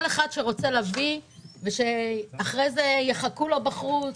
כל אחד שרוצה להביא, ושאחרי זה יחכו לו בחוץ,